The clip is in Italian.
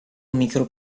micro